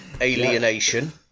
Alienation